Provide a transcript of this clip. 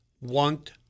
want